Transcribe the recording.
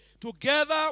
together